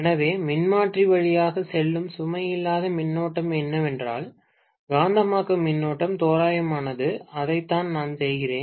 எனவே மின்மாற்றி வழியாக செல்லும் சுமை இல்லாத மின்னோட்டம் என்னவென்றால் காந்தமாக்கும் மின்னோட்டம் தோராயமானது அதைத்தான் நான் செய்கிறேன்